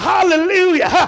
Hallelujah